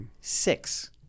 six